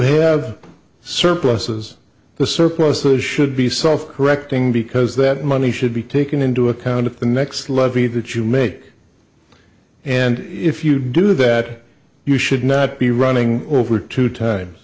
have surpluses the surplus has should be self correcting because that money should be taken into account of the next levy that you make and if you do that you should not be running over two times